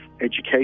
education